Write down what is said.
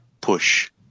push